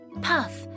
Puff